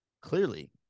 clearly